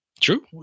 True